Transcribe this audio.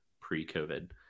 pre-COVID